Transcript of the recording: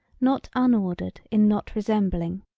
not unordered in not resembling.